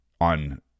on